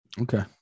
Okay